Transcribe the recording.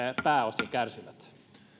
pääosin kärsivät